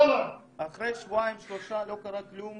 אחרי שבועיים-שלושה, חודש,